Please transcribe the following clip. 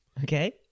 Okay